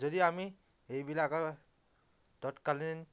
যদি আমি এইবিলাকৰ তৎকালীন